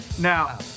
now